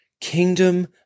kingdom